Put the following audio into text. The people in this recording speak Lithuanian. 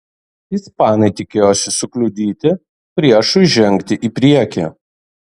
ispanai tikėjosi sukliudyti priešui žengti į priekį